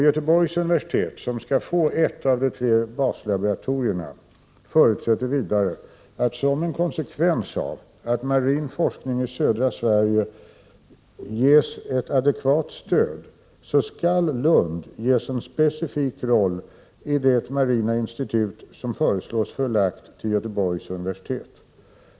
Göteborgs universitet, som skall få ett av de tre baslaboratorierna, förutsätter vidare att som en konsekvens av att marin forskning i södra Sverige får ett adekvat stöd, skall Lund ges en specifik roll i det marina institut som föreslås bli förlagt till Göteborgs universitet.